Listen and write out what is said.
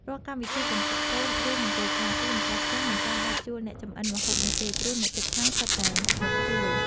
រាល់កម្មវិធីបង្កក់កូន ឬមង្គលការ គឺម្ចាស់ផ្ទះមិនចាំបាច់ជួលអ្នកចម្អិនម្ហូបនោះទេ ព្រោះអ្នកជិតខាងសុទ្ធតែមកជួយ។